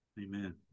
amen